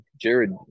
Jared